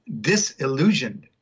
disillusioned